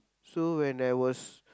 so when I was